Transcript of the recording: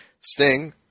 Sting